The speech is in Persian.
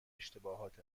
اشتباهات